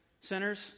sinners